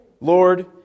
Lord